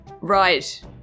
Right